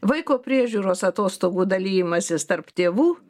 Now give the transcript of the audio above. vaiko priežiūros atostogų dalijimasis tarp tėvų